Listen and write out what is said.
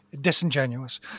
disingenuous